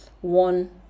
one